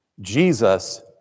Jesus